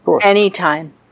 Anytime